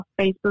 Facebook